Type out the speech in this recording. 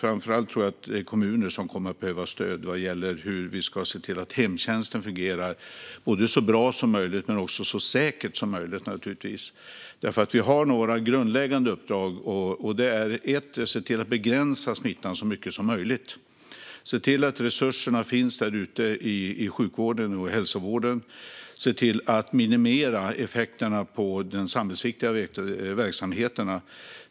Framför allt tror jag att det är kommuner som kommer att behöva stöd när det gäller hur vi ska se till att hemtjänsten fungerar så bra som möjligt men naturligtvis också så säkert som möjligt. Vi har några grundläggande uppdrag: Vi ska se till att begränsa smittan så mycket som möjligt. Vi ska se till att resurserna finns i sjukvården och i hälsovården. Vi ska se till att minimera effekterna på de samhällsviktiga verksamheterna.